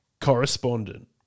correspondent